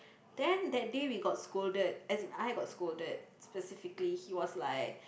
then that day we got scolded as in I got scolded specifically he was like